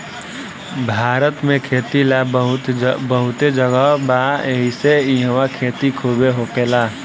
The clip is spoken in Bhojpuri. भारत में खेती ला बहुते जगह बा एहिसे इहवा खेती खुबे होखेला